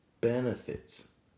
benefits